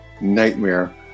nightmare